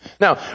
now